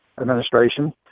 administration